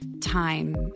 time